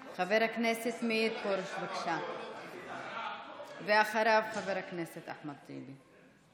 פרוש, בבקשה, אחריו, חבר הכנסת אחמד טיבי.